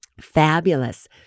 Fabulous